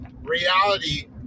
reality